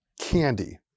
candy